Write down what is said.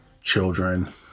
children